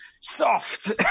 soft